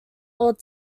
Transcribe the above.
old